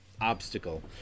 obstacle